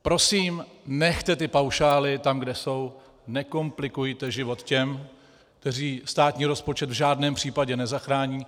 Prosím, nechte ty paušály tam, kde jsou, nekomplikujte život těm, kteří státní rozpočet v žádném případě nezachrání.